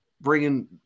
bringing